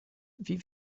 wie